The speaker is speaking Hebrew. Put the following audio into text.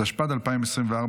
התשפ"ד 2024,